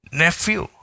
nephew